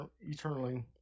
eternally